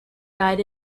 died